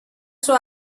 suo